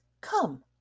Come